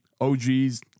OGs